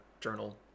journal